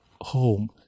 home